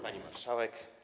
Pani Marszałek!